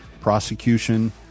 prosecution